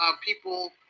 people